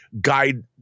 guide